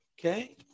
Okay